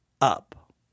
up